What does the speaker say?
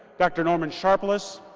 dr. norman sharpless.